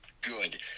good